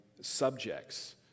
subjects